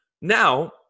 now